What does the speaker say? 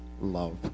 love